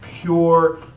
pure